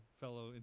fellow